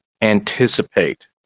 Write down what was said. anticipate